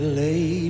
lay